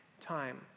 time